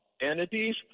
entities